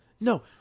No